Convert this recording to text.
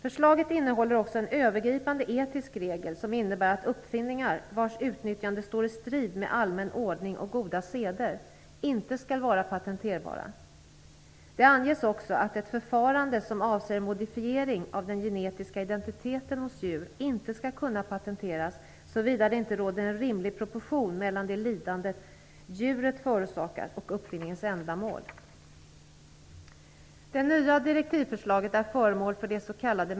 Förslaget innehåller också en övergripande etisk regel som innebär att uppfinningar vars utnyttjande står i strid med allmän ordning och goda seder inte skall vara patenterbara. Det anges också att ett förfarande som avser en modifiering av den genetiska identiteten hos djur inte skall kunna patenteras, såvida det inte råder en rimlig proportion mellan det lidande djuret kan förorsakas och uppfinningens ändamål. Det nya direktivförslaget är föremål för det s.k.